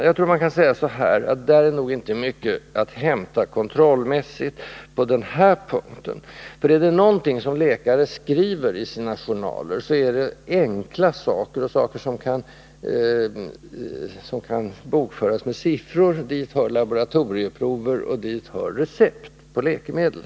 Jag tror man kan säga att det den vägen inte finns mycket att hämta kontrollmässigt. Det som läkare skriver i sina journaler är nämligen just sådana uppgifter som kan noteras med siffror. Dit hör uppgifterna om laboratorieprover, och dit hör också recept på läkemedel.